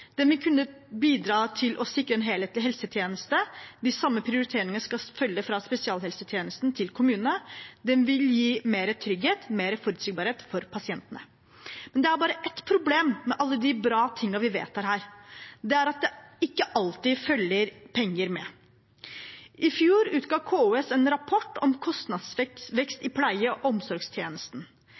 Den vil kunne bidra til å sikre en helhetlig helsetjeneste; de samme prioriteringene skal følge fra spesialhelsetjenesten til kommunene. Den vil gi mer trygghet og mer forutsigbarhet for pasientene. Det er bare ett problem med alle de bra tingene vi vedtar, det er at det ikke alltid følger penger med. I fjor utga KS en rapport om kostnadsvekst i pleie- og omsorgstjenesten.